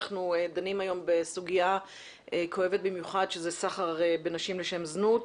אנחנו דנים היום בסוגיה כואבת במיוחד שהיא סחר בנשים לשם זנות.